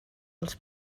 els